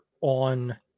on